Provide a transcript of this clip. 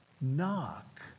knock